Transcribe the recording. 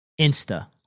insta